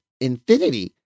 infinity